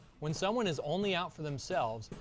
when someone is only out for themselves,